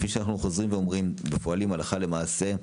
כפי שאנו חוזרים ואומרים, ופועלים הלכה למעשה,